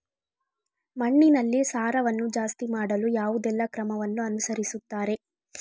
ಮಣ್ಣಿನಲ್ಲಿ ಸಾರವನ್ನು ಜಾಸ್ತಿ ಮಾಡಲು ಯಾವುದೆಲ್ಲ ಕ್ರಮವನ್ನು ಅನುಸರಿಸುತ್ತಾರೆ